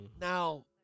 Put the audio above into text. Now